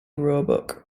roebuck